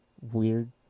weird